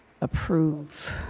approve